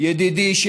ידידי,